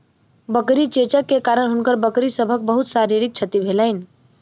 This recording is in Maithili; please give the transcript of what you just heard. बकरी चेचक के कारण हुनकर बकरी सभक बहुत शारीरिक क्षति भेलैन